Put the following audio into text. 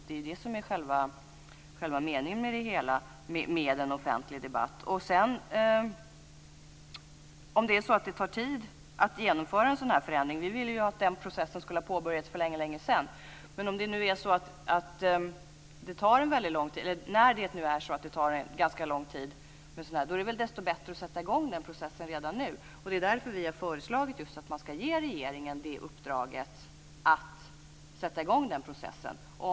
Det är ju det som är själva meningen med en offentlig debatt. Det tar tid att genomföra en sådan här förändring. Vi ville ju att den processen skulle ha påbörjats för länge sedan, men när det nu är så att sådant här tar ganska lång tid så är det väl bättre att sätta i gång processen redan nu. Det är därför som vi har föreslagit just att man ska ge regeringen uppdraget att sätta i gång processen.